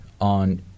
on